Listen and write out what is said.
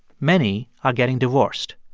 many are getting divorced.